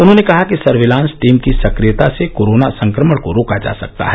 उन्होंने कहा कि सर्विलांस टीम की सक्रियता से कोरोना संक्रमण को रोका जा सकता है